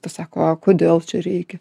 tas sako o kodėl reikia